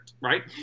right